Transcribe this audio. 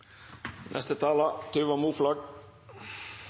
Neste taler